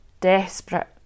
desperate